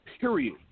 period